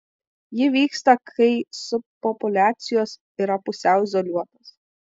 ji vyksta kai subpopuliacijos yra pusiau izoliuotos